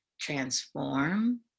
transform